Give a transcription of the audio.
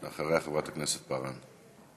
אחריה, חברת הכנסת פארן.